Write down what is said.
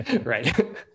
Right